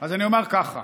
אז אני אומר ככה: